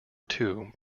two